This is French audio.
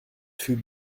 fut